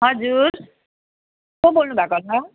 हजुर को बोल्नु भएको होला